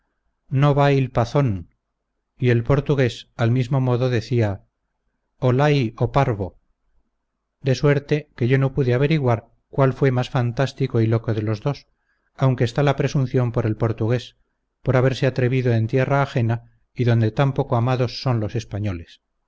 no va il pazzon y el portugués al mismo modo decía ollay o parvo de suerte que yo no pude averiguar cuál fue más fantástico y loco de los dos aunque está la presunción por el portugués por haberse atrevido en tierra ajena y donde tan poco amados son los españoles